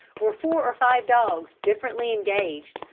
were four or five dogs differently engaged,